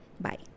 bye